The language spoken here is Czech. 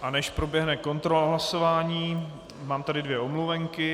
A než proběhne kontrola hlasování, mám tady dvě omluvenky.